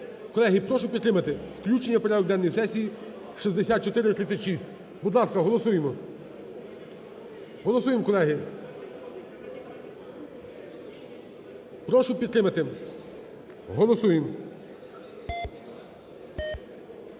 Колеги, прошу підтримати включення в порядок денний сесії 6436. Будь ласка, голосуємо, голосуємо, колеги. Прошу підтримати, голосуємо.